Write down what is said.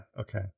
Okay